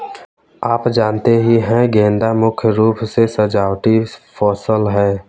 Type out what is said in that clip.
आप जानते ही है गेंदा मुख्य रूप से सजावटी फसल है